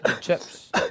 Chips